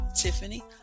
Tiffany